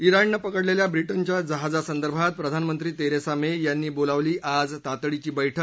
इराणनं पकडलेल्या ब्रिजेच्या जहाजासंदर्भात प्रधानमंत्री तेरेसा मे यांनी बोलावली आज तातडीची बैठक